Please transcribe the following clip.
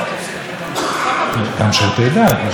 גם שירותי דת, כחלק מזה, נכון, נכון.